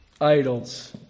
idols